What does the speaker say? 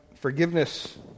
Forgiveness